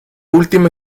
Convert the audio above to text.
última